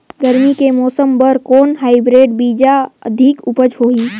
गरमी के मौसम बर कौन हाईब्रिड बीजा अधिक उपज होही?